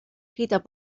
escritas